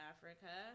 Africa